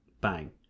bang